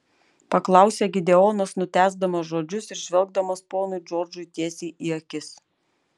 paklausė gideonas nutęsdamas žodžius ir žvelgdamas ponui džordžui tiesiai į akis